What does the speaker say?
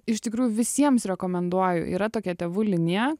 iš tikrųjų visiems rekomenduoju yra tokia tėvų linija